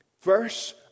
Verse